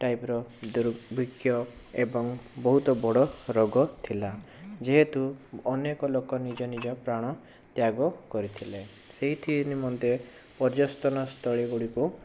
ଟାଇପର ଦୁର୍ଭିକ୍ଷ ଏବଂ ବହୁତ ବଡ଼ ରୋଗ ଥିଲା ଯେହେତୁ ଅନେକ ଲୋକ ନିଜ ନିଜ ପ୍ରାଣ ତ୍ୟାଗ କରିଥିଲେ ସେଇଥି ନିମନ୍ତେ ପର୍ଯ୍ୟଟନ ସ୍ଥଳୀ ଗୁଡ଼ିକୁ